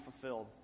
fulfilled